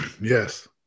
Yes